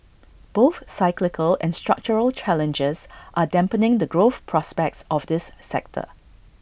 both cyclical and structural challenges are dampening the growth prospects of this sector